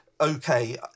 okay